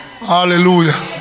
Hallelujah